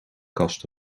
kast